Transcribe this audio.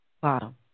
Bottom